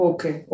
Okay